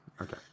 Okay